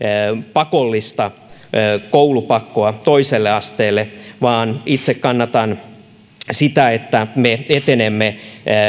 pakollista koulupakkoa toiselle asteelle vaan itse kannatan sitä että me etenemme